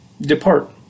depart